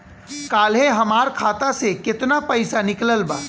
काल्हे हमार खाता से केतना पैसा निकलल बा?